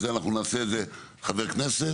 זה אנחנו נעשה את זה חבר כנסת.